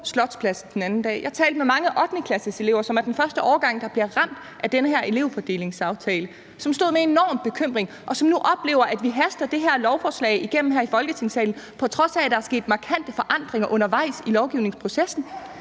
Slotspladsen den anden dag. Jeg talte med mange 8.-klasseelever, som er den første årgang, der bliver ramt af den her elevfordelingsaftale, som stod med en enorm bekymring, og som nu oplever, at vi haster det her lovforslag igennem her i Folketingssalen, på trods af at der er sket markante forandringer undervejs i lovgivningsprocessen.